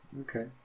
Okay